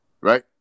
right